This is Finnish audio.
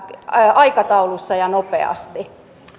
aikataulussa ja nopeasti